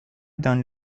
dans